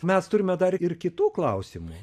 mes turime dar ir kitų klausimų